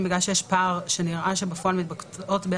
--- זה סירוב בטעות ויש גם על זה אפשרות